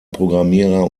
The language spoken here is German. programmierer